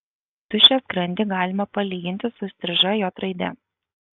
tuščią skrandį galima palyginti su įstriža j raide